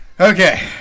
Okay